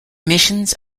missions